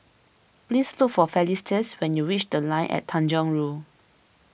please look for Felicitas when you reach the Line ad Tanjong Rhu